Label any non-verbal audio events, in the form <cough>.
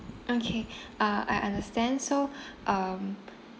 okay <breath> uh I understand so <breath> um